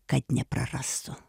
kad neprarastų